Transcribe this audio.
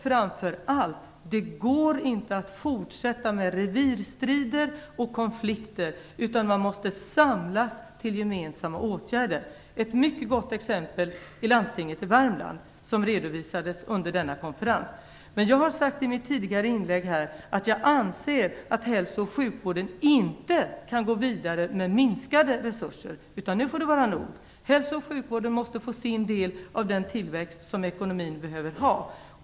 Framför allt går det inte att fortsätta med revirstrider och konflikter, utan man måste samlas till gemensamma åtgärder. Ett mycket gott exempel är landstinget i Värmland, ett exempel som redovisades under denna konferens. Som jag sagt tidigare anser jag att hälso och sjukvården inte kan gå vidare med minskade resurser; nu får det vara nog. Hälso och sjukvården måste få sin del av den tillväxt som ekonomin behöver ha.